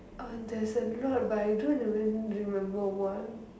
orh there's a lot but I don't even remember one